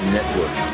Network